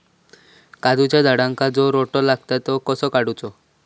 काजूच्या झाडांका जो रोटो लागता तो कसो काडुचो?